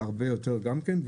והרבה יותר גם כן,